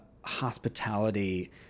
hospitality